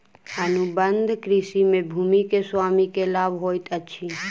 अनुबंध कृषि में भूमि के स्वामी के लाभ होइत अछि